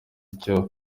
icyo